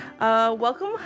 welcome